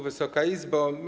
Wysoka Izbo!